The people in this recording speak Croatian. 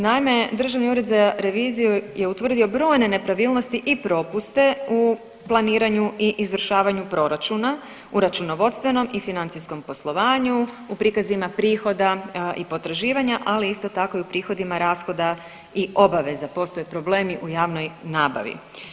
Naime, Državni ured za reviziju je utvrdio brojne nepravilnosti i propuste u planiranju i izvršavanju proračuna u računovodstvenom i financijskom poslovanju, u prikazima prihoda i potraživanja, ali isto tako i u prihodima rashoda i obaveza, postoje problemi u javnoj nabavi.